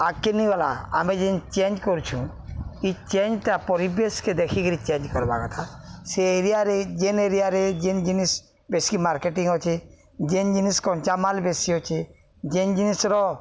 ଆଗ୍ କିିନିଗଲା ଆମେ ଯେନ୍ ଚେଞ୍ଜ କରୁଛୁ ଏ ଚେଞ୍ଜଟା ପରିବେଶକେ ଦେଖିକିରି ଚେଞ୍ଜ କରବା କଥା ସେ ଏରିଆରେ ଯେନ୍ ଏରିଆରେ ଯେନ୍ ଜିନିଷ୍ ବେଶି ମାର୍କେଟିଂ ଅଛେ ଯେନ୍ ଜିନିଷ୍ କଞ୍ଚାମାଲ ବେଶୀ ଅଛେ ଯେନ୍ ଜିନିଷର